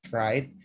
right